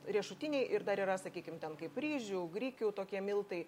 riešutiniai ir dar yra sakykim ten kaip ryžių grikių tokie miltai